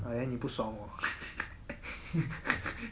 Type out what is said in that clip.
and then 你不爽 I